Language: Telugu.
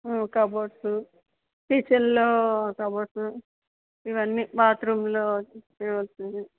కబోర్డ్సు కిచెన్లో కబోర్డ్సు ఇవన్నీ బాతురూమ్లో చేయవలసినవి